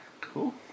Cool